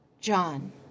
John